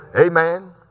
Amen